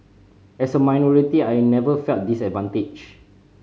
as a minority I never felt disadvantaged